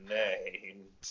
names